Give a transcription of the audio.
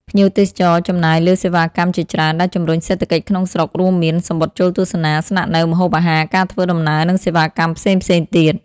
ភ្ញៀវទេសចរចំណាយលើសេវាកម្មជាច្រើន ដែលជំរុញសេដ្ឋកិច្ចក្នុងស្រុក រួមមាន សំបុត្រចូលទស្សនា ស្នាក់នៅ ម្ហូបអាហារ ការធ្វើដំណើរ និងសេវាកម្មផ្សេងៗទៀត។